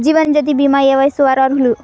జీవనజ్యోతి భీమా ఏ వయస్సు వారు అర్హులు?